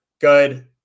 Good